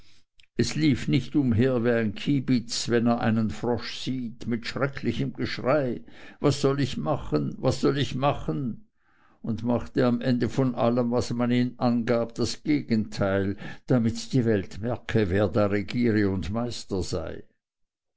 es lief nicht umher wie ein kiebitz wenn er einen frosch sieht mit schrecklichem geschrei was soll ich machen was soll ich machen und machte am ende von allem was man ihm angab das gegenteil damit die welt merke wer da regiere und meister sei